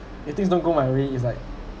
if things don't go my way is like